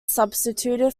substituted